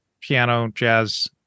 piano-jazz